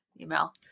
email